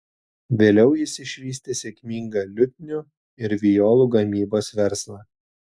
vėliau jis išvystė sėkmingą liutnių ir violų gamybos verslą